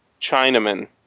Chinaman –